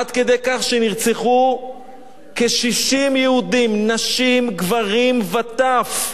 עד כדי כך שנרצחו כ-60 יהודים, נשים, גברים וטף.